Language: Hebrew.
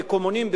המקומונים,